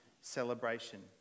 celebration